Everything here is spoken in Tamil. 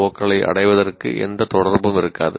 ஓக்களை அடைவதற்கு எந்த தொடர்பும் இருக்காது